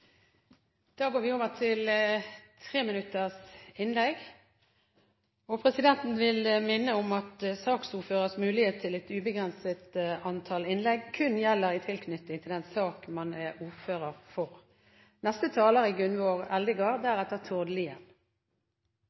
Presidenten vil minne om at saksordførers mulighet til et ubegrenset antall innlegg kun gjelder i tilknytning til den sak man er ordfører for.